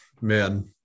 man